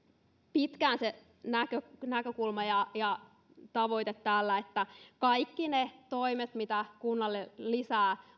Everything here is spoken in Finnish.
pitkään se näkökulma ja ja tavoite täällä että kaikki ne toimet vastuut ja tehtävät mitä kunnalle lisää